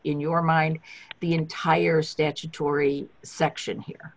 in your mind the entire statutory section here